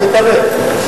אני מקווה.